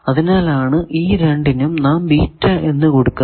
അതിനാലാണ് ഈ രണ്ടിനും നാം ബീറ്റ എന്ന് എടുക്കുന്നത്